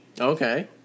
Okay